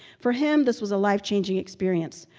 for him, this was a life-changing experience.